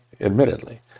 admittedly